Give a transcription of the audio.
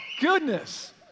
goodness